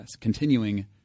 continuing